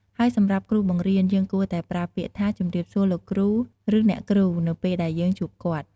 ហើយសម្រាប់គ្រួបង្រៀនយើងគួរតែប្រើពាក្យថា ជម្រាបសួរលោកគ្រូឬអ្នកគ្រូ នៅពេលដែលយើងជួបគាត់។